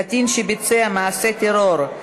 קטין שביצע מעשה טרור),